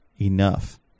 enough